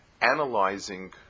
analyzing